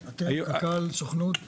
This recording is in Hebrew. אתה, הסוכנות ו-?